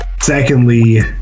secondly